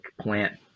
plant